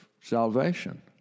salvation